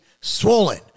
swollen